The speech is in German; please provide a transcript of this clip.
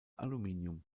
aluminium